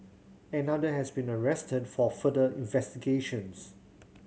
another has been arrested for further investigations